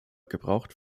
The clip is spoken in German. gebraucht